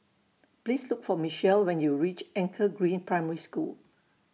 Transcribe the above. Please Look For Michele when YOU REACH Anchor Green Primary School